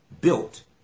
built